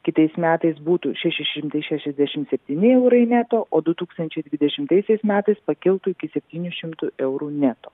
kitais metais būtų šeši šimtai šešiasdešimt septyni eurai neto o du tūkstančiai dvidešimtaisiais metais pakiltų iki septynių šimtų eurų neto